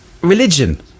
religion